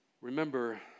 Remember